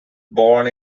born